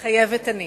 מתחייבת אני.